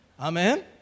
Amen